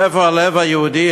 איפה הלב היהודי,